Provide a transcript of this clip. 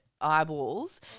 eyeballs